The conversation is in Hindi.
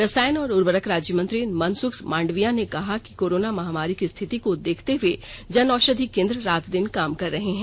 रसायन और उर्वरक राज्य मंत्री मनसुख मांडविया ने कहा कि कोरोना महामारी की स्थिति को देखते हुए जन औषधि केंद्र रात दिन काम कर रहे हैं